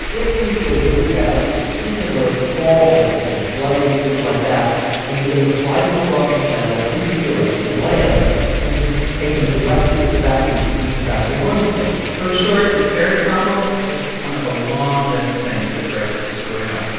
if things go really badly, he can load small items, like lighters things like that and be able to fly them across the channel into europe and land and take them directly to the factories to keep the factory lines going so in short, this ferry problem is just one of a long list of things that brexit is screwing up.